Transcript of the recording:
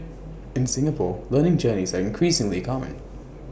in Singapore learning journeys are increasingly common